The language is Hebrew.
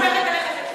אני סומכת עליך,